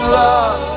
love